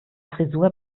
frisur